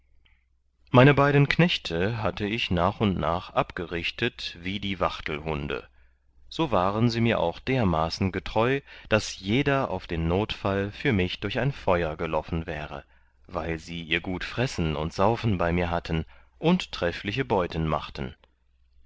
meine beiden knechte hatte ich nach und nach abgerichtet wie die wachtelhunde so waren sie mir auch dermaßen getreu daß jeder auf den notfall für mich durch ein feur geloffen wäre weil sie ihr gut fressen und saufen bei mir hatten und treffliche beuten machten